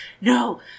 no